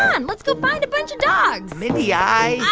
and let's go find a bunch of dogs mindy, i. ah,